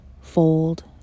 fold